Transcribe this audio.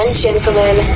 gentlemen